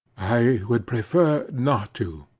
i would prefer not to.